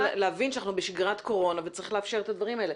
להבין שאנחנו בשגרת קורונה וצריך לאפשר את הדברים האלה.